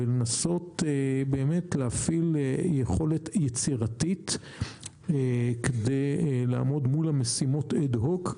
ולנסות באמת להפעיל יכולת יצירתית כדי לעמוד מול המשימות אד-הוק,